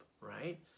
right